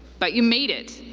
but you made it,